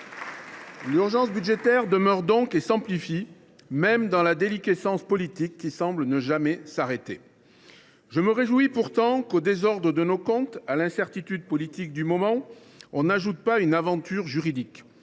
L’urgence budgétaire demeure donc et va même s’amplifiant, dans une déliquescence politique qui semble ne jamais s’arrêter. Je me réjouis pourtant que, au désordre de nos comptes et à l’incertitude politique du moment, on n’ajoute pas une aventure juridique.